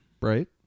Right